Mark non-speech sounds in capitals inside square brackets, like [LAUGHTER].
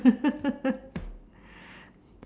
[LAUGHS]